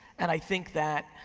and i think that